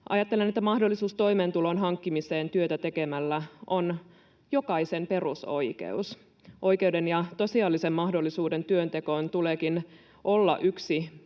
Ajattelen, että mahdollisuus toimeentulon hankkimiseen työtä tekemällä on jokaisen perusoikeus. Oikeuden ja tosiasiallisen mahdollisuuden työntekoon tuleekin olla yksi